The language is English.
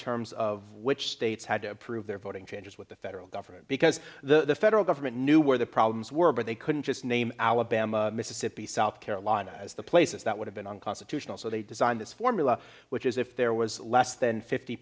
terms of which states had to approve their voting changes with the federal government because the federal government knew where the problems were but they couldn't just name alabama mississippi south carolina as the places that would have been unconstitutional so they designed this formula which is if there was less than fifty